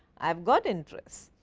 i have got interest.